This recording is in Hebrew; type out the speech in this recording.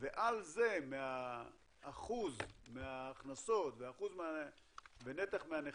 ועל זה מאחוז מההכנסות ונתח מהנכסים,